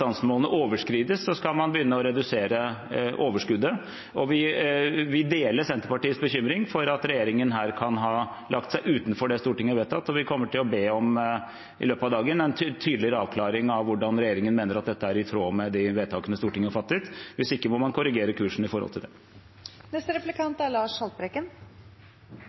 bestandsmålene overskrides, skal man begynne å redusere overskuddet. Vi deler Senterpartiets bekymring for at regjeringen her kan ha lagt seg utenfor det Stortinget har vedtatt, og vi kommer til å be om i løpet av dagen en tydeligere avklaring av hvordan regjeringen mener at dette er i tråd med de vedtakene Stortinget har fattet. Hvis ikke må man korrigere kursen i forhold til